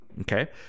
Okay